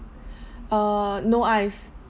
uh no ice